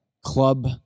Club